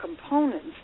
components